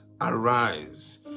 arise